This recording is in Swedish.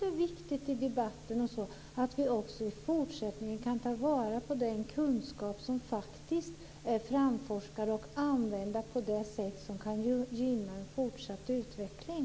Det är viktigt att vi i debatten också i fortsättningen kan ta vara på den kunskap som är framforskad och använda den på det sättet att den gynnar en fortsatt utveckling.